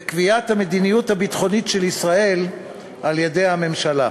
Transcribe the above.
וקביעת המדיניות הביטחונית של ישראל על-ידי הממשלה.